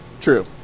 True